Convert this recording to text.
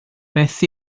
beth